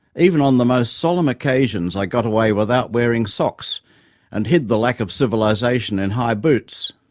even on the most solemn occasions i got away without wearing socks and hid the lack of civilization in high boots.